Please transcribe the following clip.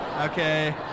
okay